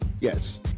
Yes